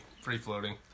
Free-floating